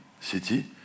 city